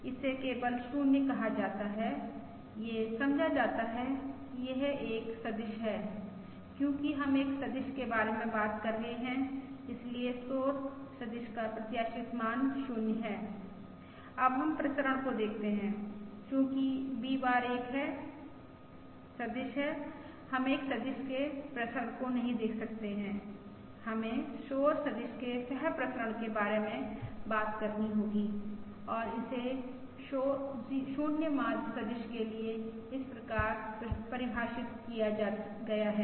इसे केवल 0 कहा जाता है यह समझा जाता है कि यह एक सदिश है क्योंकि हम एक सदिश के बारे में बात कर रहे हैं इसलिए शोर सदिश का प्रत्याशित मान 0 है अब हम प्रसरण को देखते हैं चूंकि V बार एक सदिश है हम एक सदिश के प्रसरण को नहीं देख सकते हैं हमें शोर सदिश के सहप्रसरण के बारे में बात करनी होगी और इसे 0 माध्य सदिश के लिए इस प्रकार परिभाषित किया गया है